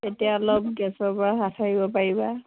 তেতিয়া অলপ গেছৰ পৰা হাত সাৰিব পাৰিবা